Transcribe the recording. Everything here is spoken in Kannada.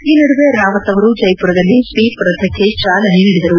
ಈ ನಡುವೆ ರಾವತ್ ಅವರು ಜೈಪುರದಲ್ಲಿ ಸ್ವೀಪ್ ರಥಕ್ಕೆ ಚಾಲನೆ ನೀಡಿದರು